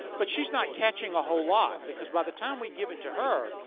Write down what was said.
but she's not catching a whole lot because by the time we give it to her,